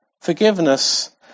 forgiveness